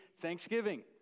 thanksgiving